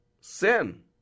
Sin